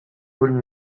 would